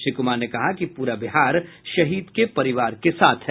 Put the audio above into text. श्री कुमार ने कहा कि पूरा बिहार शहीद के परिवार के साथ है